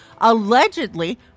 Allegedly